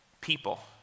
People